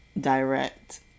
direct